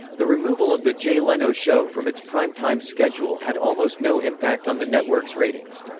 the removal of the jay leno show from its prime time schedule had almost no impact on the network's ratings.